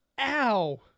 ow